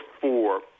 four